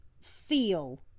feel